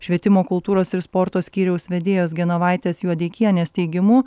švietimo kultūros ir sporto skyriaus vedėjos genovaitės juodeikienės teigimu